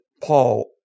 Paul